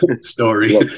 story